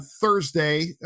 Thursday